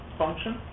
function